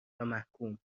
ومحکوم